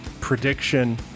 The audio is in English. prediction